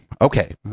okay